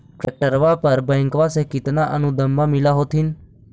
ट्रैक्टरबा पर बैंकबा से कितना अनुदन्मा मिल होत्थिन?